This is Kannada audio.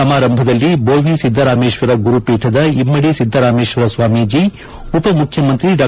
ಸಮಾರಂಭದಲ್ಲಿ ಬೋವಿ ಸಿದ್ದರಾಮೇಶ್ವರ ಗುರುಪೀಠದ ಇಮ್ನಡಿ ಸಿದ್ದರಾಮೇಶ್ವರ ಸ್ವಾಮೀಜಿ ಉಪಮುಖ್ಯಮಂತ್ರಿ ಡಾ